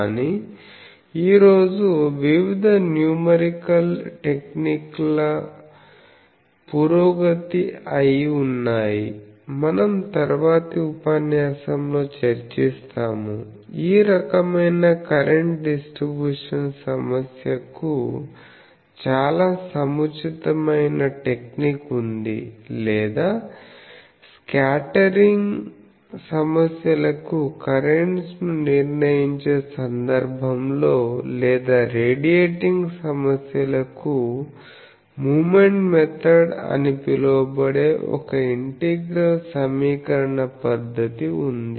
కానీ ఈ రోజు వివిధ న్యూమరికల్ టెక్నిక్ల పురోగతి అయ్యి ఉన్నాయి మనం తరువాతి ఉపన్యాసంలో చర్చిస్తాము ఈ రకమైన కరెంట్ డిస్ట్రిబ్యూషన్ సమస్యకు చాలా సముచితమైన టెక్నిక్ ఉంది లేదా స్క్యాటరింగ్ సమస్యలకు కరెంట్స్ ను నిర్ణయించే సందర్భంలో లేదా రేడియేటింగ్ సమస్యలకు మూమెంట్ మెథడ్ అని పిలువబడే ఒక ఇంటిగ్రల్ సమీకరణ పద్ధతి ఉంది